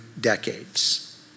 decades